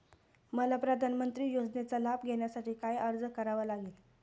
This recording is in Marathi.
मला प्रधानमंत्री योजनेचा लाभ घेण्यासाठी काय अर्ज करावा लागेल?